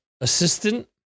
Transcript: assistant